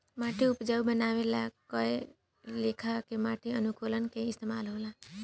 माटी के उपजाऊ बानवे ला कए लेखा के माटी अनुकूलक के इस्तमाल होला